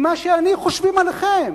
ממה שאני, חושבים עליכם.